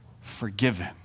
forgiven